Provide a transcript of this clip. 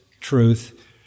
truth